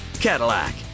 Cadillac